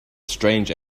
strange